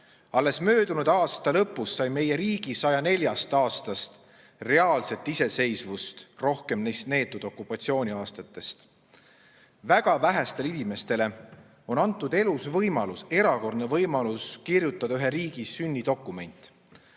Alles möödunud aasta lõpuks oli meie riigi 104 aastast reaalset iseseisvust olnud rohkem kui neid neetud okupatsiooniaastaid. Väga vähestele inimestele on antud elus võimalus, erakordne võimalus kirjutada ühe riigi sünnidokument.